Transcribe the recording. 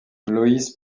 lois